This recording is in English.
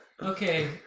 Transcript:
Okay